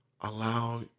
allow